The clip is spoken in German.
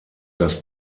dass